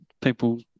People